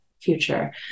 future